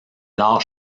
alors